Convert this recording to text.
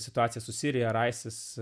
situacija su sirija ar isis